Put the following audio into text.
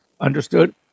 understood